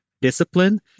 discipline